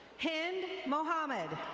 hand mohammad.